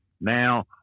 now